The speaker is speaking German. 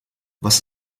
was